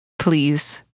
Please